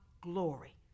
glory